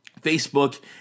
Facebook